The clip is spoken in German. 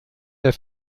der